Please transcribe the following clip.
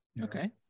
Okay